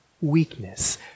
weakness